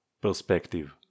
perspective